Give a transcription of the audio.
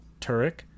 Turek